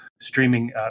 streaming